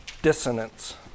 dissonance